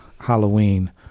halloween